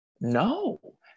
no